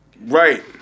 Right